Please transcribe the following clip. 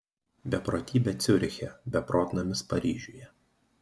beprotybė ciuriche beprotnamis paryžiuje